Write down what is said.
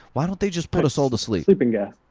why don't they just put us all to sleep? sleeping gas,